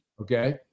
Okay